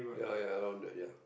ya ya around there ya